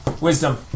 Wisdom